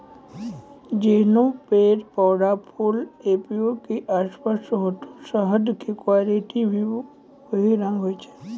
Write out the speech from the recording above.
जैहनो पेड़, पौधा, फूल एपीयरी के आसपास होतै शहद के क्वालिटी भी वही रंग होय छै